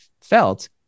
felt